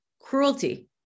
cruelty